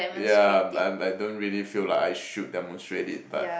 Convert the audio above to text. ya um don't really feel like I should demonstrate it but